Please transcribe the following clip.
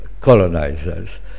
colonizers